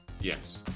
Yes